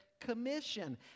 commission